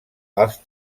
els